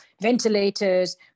ventilators